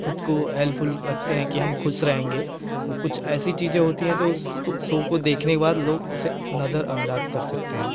खुद को हेल्पफुल रखते हैं कि हम ख़ुश रहेंगे और कुछ ऐसी चीज़ें होती है जो उस शो को देखने के बाद लोग उसे नज़र अंदाज़ कर सकते हैं